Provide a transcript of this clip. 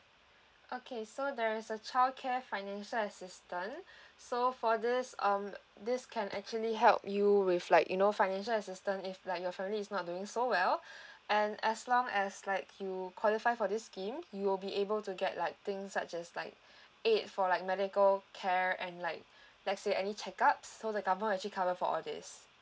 okay so there is a childcare financial assistant so for this um this can actually help you with like you know financial assistant if like your family is not doing so well and as long as like you qualify for this scheme you will be able to get like things such as like aid for like medical care and like let's say any checkups so the government will actually cover for all these